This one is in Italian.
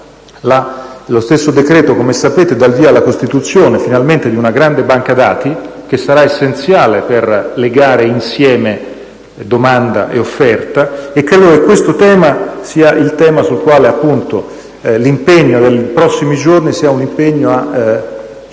lo stesso decreto, come sapete, dà il via finalmente alla costituzione di una grande banca dati, che sarà essenziale per legare insieme domanda e offerta. Credo che questo sia il tema sul quale l'impegno dei prossimi giorni sarà rivolto a cercare